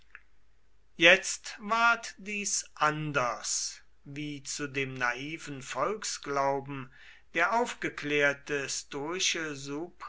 jetzt ward dies anders wie zu dem naiven volksglauben der aufgeklärte